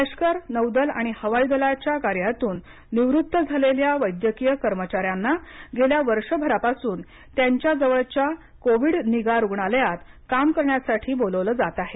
लष्कर नौदल आणि हवाई दलाच्या कार्यातून निवृत्त झालेल्या वैद्यकीय कर्मचाऱ्यांना गेल्या वर्षभरापासून त्यांच्या जवळच्या कोविड निगा रुग्णालयात काम करण्यासाठी बोलावलं जात आहे